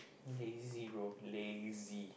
lazy bro lazy